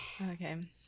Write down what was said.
Okay